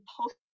post